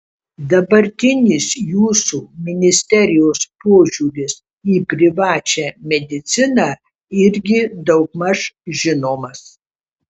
dabartinis jūsų ministerijos požiūris į privačią mediciną irgi daugmaž žinomas